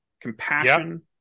compassion